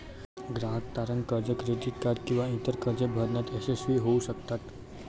ग्राहक तारण कर्ज, क्रेडिट कार्ड किंवा इतर कर्जे भरण्यात अयशस्वी होऊ शकतात